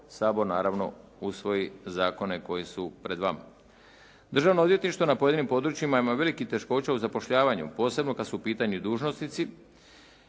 Sabor naravno usvoji zakone koji su pred vama. Državno odvjetništvo na pojedinim područjima ima velikih teškoća u zapošljavanju posebno kad su u pitanju dužnosnici.